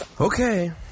Okay